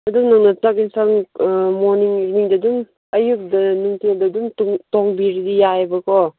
ꯑꯗꯨꯅ ꯆꯥꯛ ꯑꯦꯟꯁꯥꯡ ꯃꯣꯔꯅꯤꯡ ꯏꯚꯤꯅꯤꯡꯗ ꯑꯗꯨꯝ ꯑꯌꯨꯛ ꯅꯨꯡꯊꯤꯜꯗ ꯑꯗꯨꯝ ꯇꯣꯡ ꯇꯣꯡꯕꯤꯔꯗꯤ ꯌꯥꯏꯌꯦꯕꯀꯣ